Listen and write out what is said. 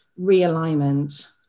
realignment